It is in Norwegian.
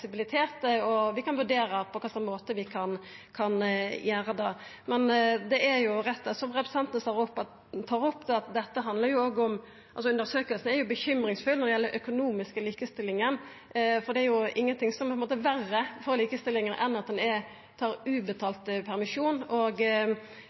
og at vi skal vurdera på kva slags måte vi kan gjera det. Representanten Pettersen har rett i det han tar opp: Undersøkinga gir grunn til uro når det gjeld den økonomiske likestillinga, for det er jo ingenting som er verre for likestilling enn at ein tar